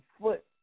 foot